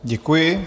Děkuji.